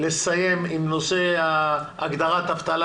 לסיים עם נושא הגדרת אבטלה